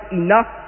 enough